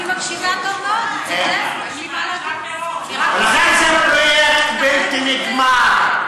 אני מקשיבה, ולכן זה פרויקט בלתי נגמר.